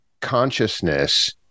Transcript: consciousness